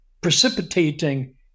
precipitating